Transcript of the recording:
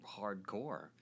hardcore